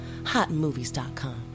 hotmovies.com